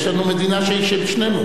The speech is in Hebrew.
יש לנו מדינה שהיא של שנינו.